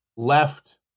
Left